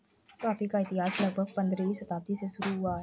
coffee का इतिहास लगभग पंद्रहवीं शताब्दी से शुरू हुआ है